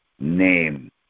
name